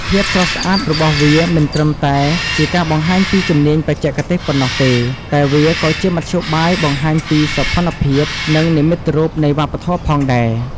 ភាពស្រស់ស្អាតរបស់វាមិនត្រឹមតែជាការបង្ហាញពីជំនាញបច្ចេកទេសប៉ុណ្ណោះទេ តែវាក៏ជាមធ្យោបាយបង្ហាញពីសោភ័ណភាព និងនិមិត្តរូបនៃវប្បធម៌ផងដែរ។